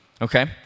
Okay